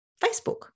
Facebook